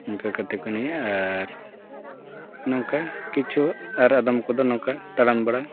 ᱤᱱᱠᱟᱹ ᱠᱟᱛᱮᱫ ᱠᱚ ᱮᱱᱮᱡᱼᱟ ᱟᱨ ᱱᱚᱝᱠᱟ ᱠᱤᱪᱷᱩ ᱟᱨ ᱟᱫᱚᱢ ᱠᱚᱫᱚ ᱱᱚᱝᱠᱟ ᱛᱟᱲᱟᱢ ᱵᱟᱲᱟ